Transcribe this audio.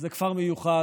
זה כפר מיוחד,